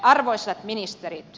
arvoisat ministerit